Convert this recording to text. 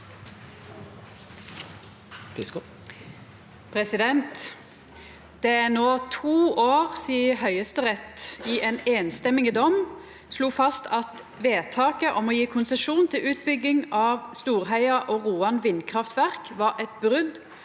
«Det er nå to år siden Høyesterett avsa en enstemmig dom som slo fast at vedtaket om å gi konsesjon til utbyggingen av Storheia og Roan vindkraftverk var et brudd